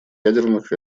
ядерных